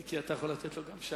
מיקי, אתה יכול גם לתת לו שעה.